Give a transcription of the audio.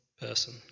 person